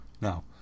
Now